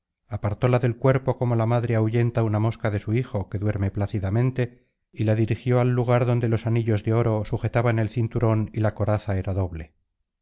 flecha apartóla del cuerpo como la madre ahuyenta una mosca de su niño que duerme plácidamente y la dirigió al lugar donde los anillos de oro sujetaban el cinturón y la coraza era doble